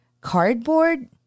cardboard